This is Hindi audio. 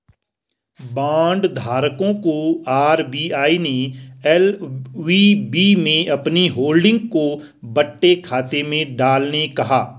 बांड धारकों को आर.बी.आई ने एल.वी.बी में अपनी होल्डिंग को बट्टे खाते में डालने कहा